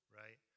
right